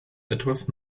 etwas